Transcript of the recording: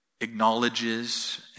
acknowledges